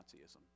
Nazism